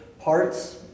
parts